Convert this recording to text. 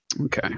Okay